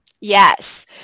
Yes